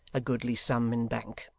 a goodly sum in bank.